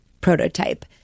prototype